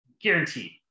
Guaranteed